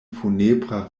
funebra